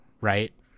right